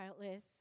childless